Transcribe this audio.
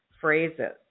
phrases